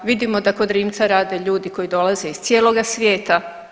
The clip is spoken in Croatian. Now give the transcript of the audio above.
Vidimo da kod Rimca rade ljudi koji dolaze iz cijeloga svijeta.